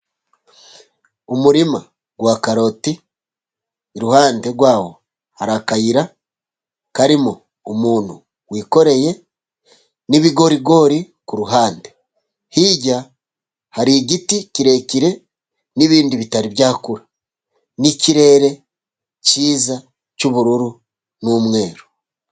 Umurima wa karoti, iruhande rwawo har'akayira, karimo umuntu wikoreye n'ibigorigori kuruhande, hirya har'igiti kirekire n'ibindi bitari byakura n'ikirere cyiza cy'ubururu n'umweru.